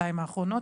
בשנתיים האחרונים,